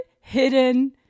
hidden